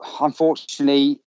unfortunately